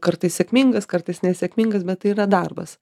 kartais sėkmingas kartais nesėkmingas bet tai yra darbas